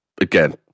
again